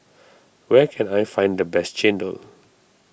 where can I find the best Chendol